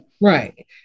Right